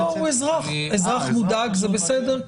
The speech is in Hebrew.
הוא אזרח, אזרח מודאג, זה בסדר.